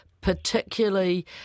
particularly